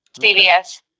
CVS